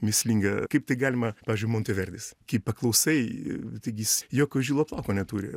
mįslinga kaip tai galima pavyzdžiui monteverdis kai paklausai taigi jis jokio žilo plauko neturi